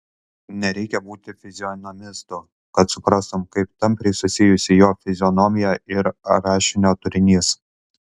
nereikia būti fizionomistu kad suprastum kaip tampriai susijusi jo fizionomija ir rašinio turinys